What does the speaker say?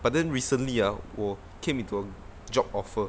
but then recently ah 我 came into a job offer